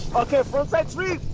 ok frontside three!